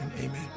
amen